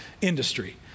industry